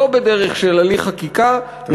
לא בדרך של הליך חקיקה, תודה.